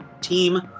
team